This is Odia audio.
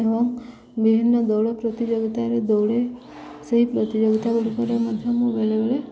ଏବଂ ବିଭିନ୍ନ ଦୌଡ଼ ପ୍ରତିଯୋଗିତାରେ ଦୌଡ଼େ ସେଇ ପ୍ରତିଯୋଗିତା ଗୁଡ଼ିକରେ ମଧ୍ୟ ମୁଁ ବେଳେ ବେଳେ